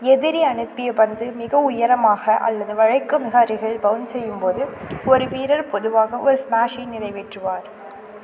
எதிரி அனுப்பிய பந்து மிக உயரமாக அல்லது வலைக்கு மிக அருகில் பவுன் செய்யும் போது ஒரு வீரர் பொதுவாக ஒரு ஸ்மாஷை நிறைவேற்றுவார்